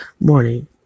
morning